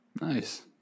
nice